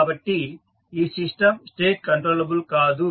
కాబట్టి ఈ system state controllable కాదు